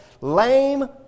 lame